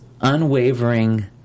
unwavering